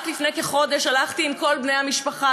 רק לפני כחודש הלכתי עם כל בני המשפחה